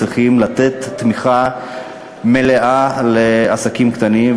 צריכים לתת תמיכה מלאה לעסקים קטנים.